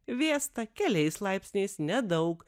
vėsta keliais laipsniais nedaug